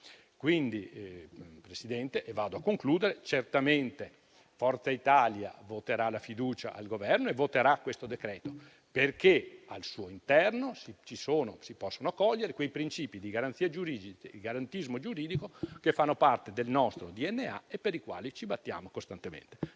Quindi, signor Presidente, certamente Forza Italia voterà la fiducia al Governo e voterà a favore di questo decreto-legge, perché al suo interno si possono cogliere quei principi di garantismo giuridico che fanno parte del nostro DNA e per i quali ci battiamo costantemente.